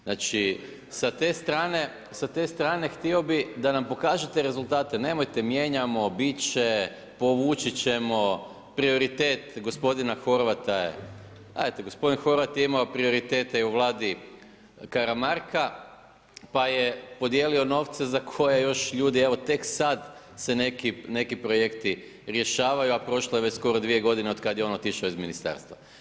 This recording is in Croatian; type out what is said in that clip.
Znači sa te strane htio bi da nam pokažete rezultate, nemojte mijenjamo, bit će, povući ćemo, prioritet gospodina Horvata je, gledajte, gospodin Horvat je imao prioritete i u Vladi Karamarka pa je podijelio novce za koje još ljudi evo tek sad se neki projekti rješavaju a prošlo je već 2 g. otkad je on otišao iz ministarstva.